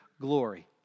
glory